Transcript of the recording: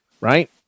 right